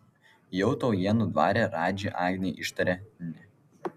jau taujėnų dvare radži agnei ištarė ne